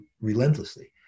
relentlessly